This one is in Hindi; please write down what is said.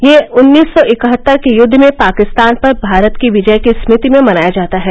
यह उन्नीस सौ इकहत्तर के युद्ध में पाकिस्तान पर भारत की विजय की स्मृति में मनाया जाता है